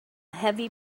heavy